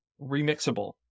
remixable